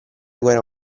guerra